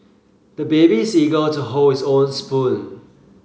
the baby is eager to hold his own spoon